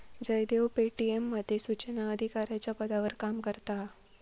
Jaydev Paytm मध्ये सुचना अधिकाराच्या पदावर काम करता हा